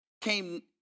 came